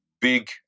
big